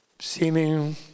Seeming